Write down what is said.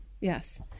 Yes